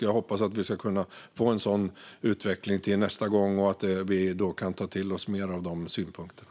Jag hoppas att vi ska kunna få en sådan utveckling till nästa gång och att vi då kan ta till oss mer av synpunkterna.